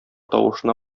тавышына